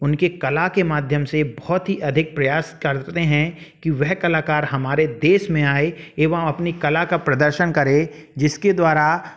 उनके कल के माध्यम से बहुत ही अधिक प्रयास करते हैं कि वह कलाकार हमारे देश में आए एवं अपनी कला का प्रदर्शन करें जिसके द्वारा